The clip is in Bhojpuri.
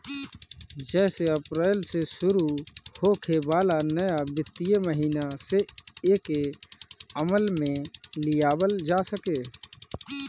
जेसे अप्रैल से शुरू होखे वाला नया वित्तीय महिना से एके अमल में लियावल जा सके